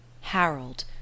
Harold